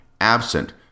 absent